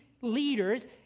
leaders